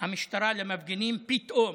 המשטרה למפגינים פתאום,